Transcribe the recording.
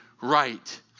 right